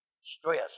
Stress